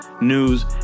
news